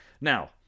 Now